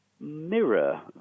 mirror